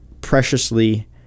preciously